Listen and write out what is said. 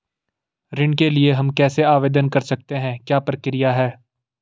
ऋण के लिए हम कैसे आवेदन कर सकते हैं क्या प्रक्रिया है?